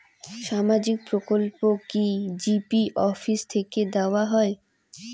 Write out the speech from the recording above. সামাজিক প্রকল্প কি জি.পি অফিস থেকে দেওয়া হয়?